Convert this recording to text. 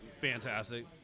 fantastic